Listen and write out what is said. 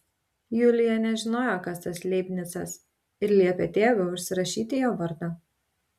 julija nežinojo kas tas leibnicas ir liepė tėvui užsirašyti jo vardą